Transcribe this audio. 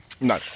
No